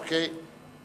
אוקיי.